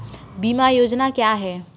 बीमा योजना क्या है?